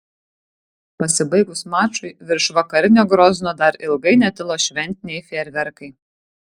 pasibaigus mačui virš vakarinio grozno dar ilgai netilo šventiniai fejerverkai